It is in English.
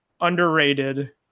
underrated